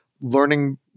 learning